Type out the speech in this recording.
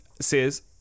Says